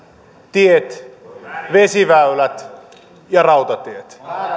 tiet vesiväylät ja rautatiet